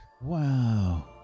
Wow